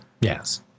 Yes